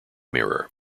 mirror